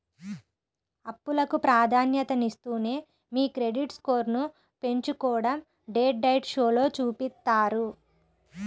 అప్పులకు ప్రాధాన్యతనిస్తూనే మీ క్రెడిట్ స్కోర్ను పెంచుకోడం డెట్ డైట్ షోలో చూపిత్తారు